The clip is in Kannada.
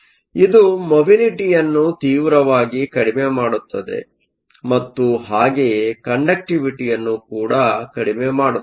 ಆದ್ದರಿಂದ ಇದು ಮೊಬಿಲಿಟಿಯನ್ನು ತೀವ್ರವಾಗಿ ಕಡಿಮೆ ಮಾಡುತ್ತದೆ ಮತ್ತು ಹಾಗೆಯೇ ಕಂಡಕ್ಟಿವಿಟಿಯನ್ನು ಕೂಡ ಕಡಿಮೆ ಮಾಡುತ್ತದೆ